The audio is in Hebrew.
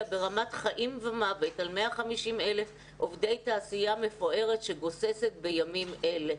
ברמת חיים ומוות על 150,000 עובדי תעשייה מפוארת שגוססת בימים אלה".